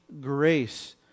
grace